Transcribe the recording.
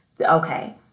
Okay